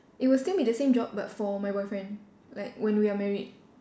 it will still be the same job but for my boyfriend like when we are married